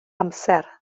amser